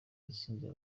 itsinze